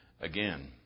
again